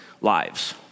lives